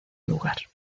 lugar